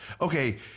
Okay